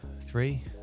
three